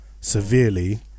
severely